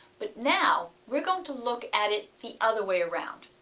but now we are going to look at it the other way around,